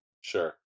Sure